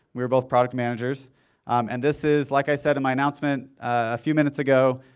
we're both product managers and this is, like i said in my announcement a few minutes ago,